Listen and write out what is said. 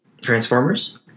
Transformers